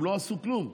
הם לא עשו כלום,